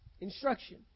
Instruction